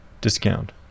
discount